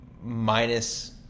minus